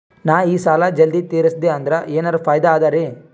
ನಾ ಈ ಸಾಲಾ ಜಲ್ದಿ ತಿರಸ್ದೆ ಅಂದ್ರ ಎನರ ಫಾಯಿದಾ ಅದರಿ?